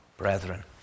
Brethren